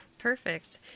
Perfect